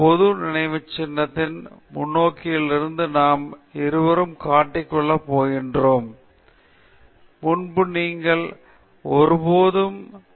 ஒரு பொது நினைவுச்சின்னத்தின் முன்னோக்குகளிலிருந்து நாம் இருவரும் காட்டிக் கொள்ளப் போகிறோம் நாம் எதனையும் பொருட்படுத்தாமல் முக்கியத்துவம் வாய்ந்த ஒரு தொழில்நுட்ப முன்னோக்குடன் தொடர்பு கொள்ளலாம்